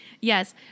Yes